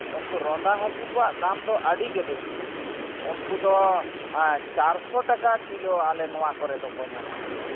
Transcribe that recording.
ᱩᱱᱠᱩ ᱨᱚᱸᱫᱟ ᱦᱟᱹᱠᱩ ᱠᱚᱣᱟᱜ ᱫᱟᱢ ᱫᱚ ᱟᱹᱰᱤᱜᱮ ᱵᱮᱥᱤᱭᱟ ᱩᱱᱠᱩ ᱫᱚ ᱪᱟᱨᱥᱚ ᱴᱟᱠᱟ ᱠᱤᱞᱳ ᱟᱞᱮ ᱱᱚᱣᱟ ᱠᱚᱨᱮ ᱫᱚᱠᱚ ᱧᱟᱢᱚᱜ ᱟᱠᱚ